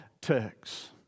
text